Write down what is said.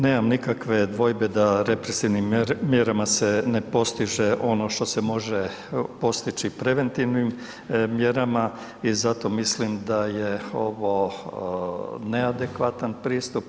Nemam nikakve dvojbe da represivnim mjerama se ne postiže ono što se može postići preventivnim mjerama i zato mislim da je ovo neadekvatan pristup.